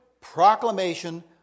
proclamation